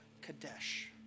Kadesh